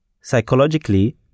Psychologically